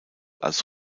als